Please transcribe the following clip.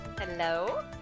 Hello